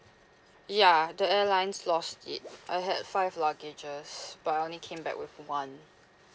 ya the airlines lost it I had five luggages but I only came back with one